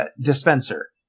dispenser